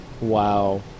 Wow